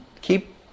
keep